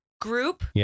Group